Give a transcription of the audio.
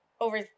over